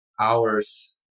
hours